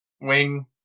Wing